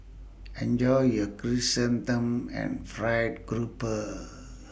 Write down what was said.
Enjoy your Chrysanthemum and Fried Grouper